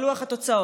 על לוח התוצאות,